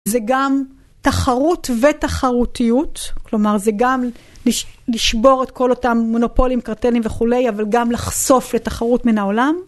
זה גם תחרות ותחרותיות, כלומר זה גם לשבור את כל אותם מונופולים, קרטלים וכולי, אבל גם לחשוף לתחרות מן העולם.